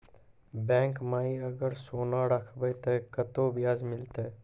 Bank माई अगर सोना राखबै ते कतो ब्याज मिलाते?